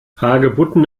hagebutten